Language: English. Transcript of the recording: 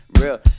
real